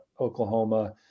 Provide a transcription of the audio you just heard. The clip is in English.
oklahoma